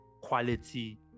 quality